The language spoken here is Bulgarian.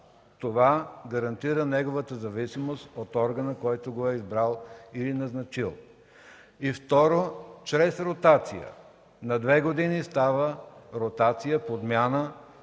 Това гарантира неговата зависимост от органа, който го е избрал или назначил. Второ, чрез ротация. На две години става подмяна